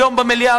היום במליאה,